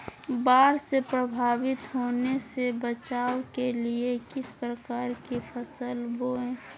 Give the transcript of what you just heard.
बाढ़ से प्रभावित होने से बचाव के लिए किस प्रकार की फसल बोए?